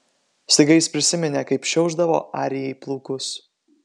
staiga jis prisiminė kaip šiaušdavo arijai plaukus